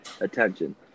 attention